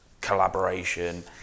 collaboration